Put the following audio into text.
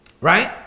right